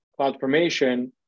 CloudFormation